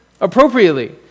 appropriately